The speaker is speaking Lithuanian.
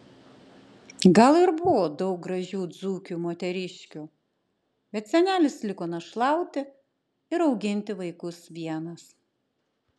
gal ir buvo daug gražių dzūkių moteriškių bet senelis liko našlauti ir auginti vaikus vienas